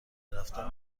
رفتن